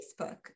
Facebook